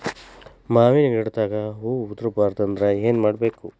ಮಾವಿನ ಗಿಡದಾಗ ಹೂವು ಉದುರು ಬಾರದಂದ್ರ ಏನು ಮಾಡಬೇಕು?